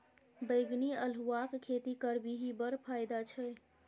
बैंगनी अल्हुआक खेती करबिही बड़ फायदा छै